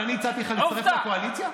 אבל אני הצעתי לך להצטרף לקואליציה?